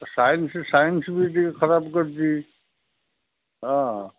science science ବି ଟିକେ ଖରାପ କରିଛି ହଁ